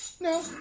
No